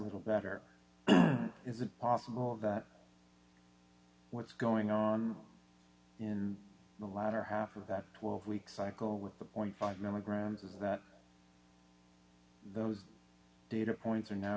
little better is it possible that what's going on in the latter half of that twelve week cycle with the point five member grams is that those data points are now